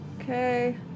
Okay